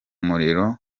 muriro